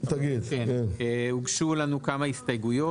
הוגשו לנו כמה הסתייגויות.